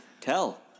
Tell